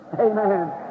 Amen